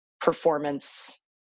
performance